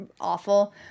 awful